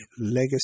legacy